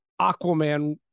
Aquaman